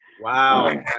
Wow